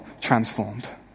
transformed